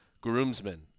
groomsmen